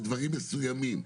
בדברים מסוימים,